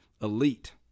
elite